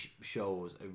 shows